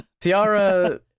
tiara